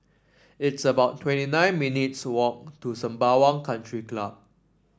it's about twenty nine minutes' walk to Sembawang Country Club